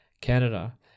Canada